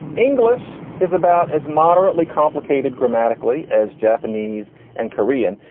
english is about as moderately complicated grammatically as japanese and korean.